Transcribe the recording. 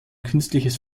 künstliches